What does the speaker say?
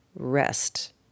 rest